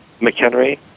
McHenry